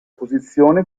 posizione